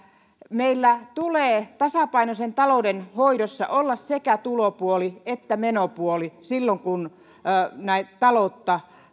meillä tulee tasapainoisen talouden hoidossa olla sekä tulopuoli että menopuoli silloin kun taloutta